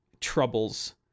troubles